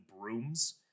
Brooms